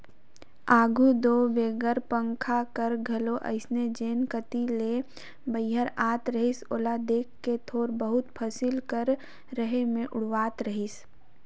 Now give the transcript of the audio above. आघु दो बिगर पंखा कर घलो अइसने जेन कती ले बईहर आत रहिस ओला देख के थोर बहुत फसिल कर रहें मे उड़वात रहिन